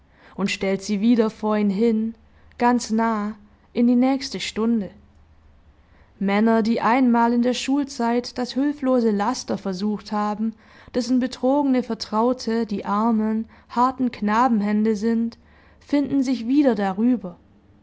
und stellt sie wieder vor ihn hin ganz nah in die nächste stunde männer die einmal in der schulzeit das hülflose laster versucht haben dessen betrogene vertraute die armen harten knabenhände sind finden sich wieder darüber